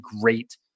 great